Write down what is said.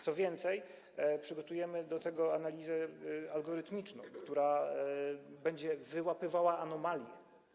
Co więcej, przygotujemy analizę algorytmiczną, która będzie wyłapywała anomalia.